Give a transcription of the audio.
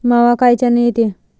मावा कायच्यानं येते?